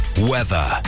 Weather